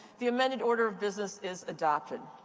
the amended order of business is adopted.